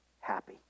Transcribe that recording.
happy